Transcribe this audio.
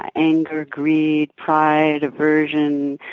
ah anger, greed, pride, aversion,